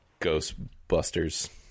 ghostbusters